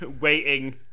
waiting